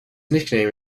nickname